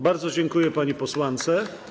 Bardzo dziękuję pani posłance.